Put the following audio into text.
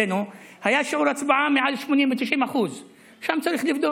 היה שיעור הצבעה מעל 80% או 90%. שם צריך לבדוק.